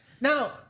Now